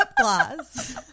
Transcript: gloss